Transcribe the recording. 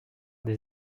des